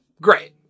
Great